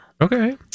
Okay